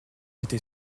était